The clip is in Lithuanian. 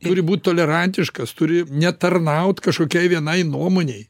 turi būt tolerantiškas turi netarnaut kažkokiai vienai nuomonei